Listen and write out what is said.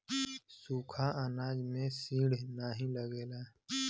सुखा अनाज में सीड नाही लगेला